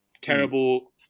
terrible